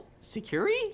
security